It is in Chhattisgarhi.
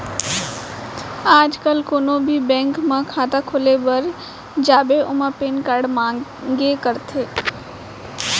आज काल कोनों भी बेंक म खाता खोले बर जाबे ओमा पेन कारड मांगबे करथे